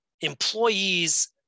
employees